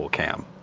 ah cam.